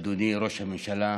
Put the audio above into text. אדוני ראש הממשלה,